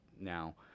now